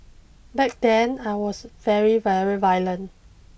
back then I was very very violent